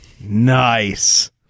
Nice